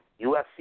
UFC